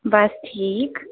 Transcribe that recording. बस ठीक